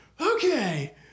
okay